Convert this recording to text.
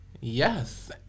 Yes